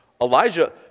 Elijah